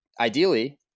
Ideally